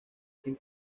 quien